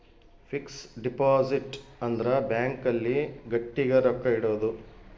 fix deposit ಅಂದ್ರ bank ಅಲ್ಲಿ ಗಟ್ಟಿಗ ರೊಕ್ಕ ಇಡೋದು